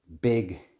big